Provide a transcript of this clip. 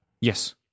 Yes